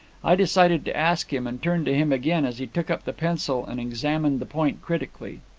i decided to ask him, and turned to him again as he took up the pencil and examined the point critically.